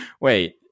wait